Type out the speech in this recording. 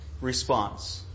response